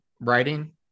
writing